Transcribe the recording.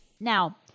Now